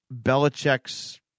Belichick's